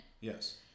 Yes